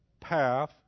path